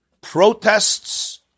protests